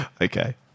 okay